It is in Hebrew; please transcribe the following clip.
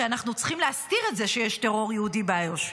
כי אנחנו צריכים להסתיר את זה שיש טרור יהודי באיו"ש.